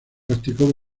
practicó